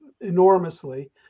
enormously